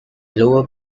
lower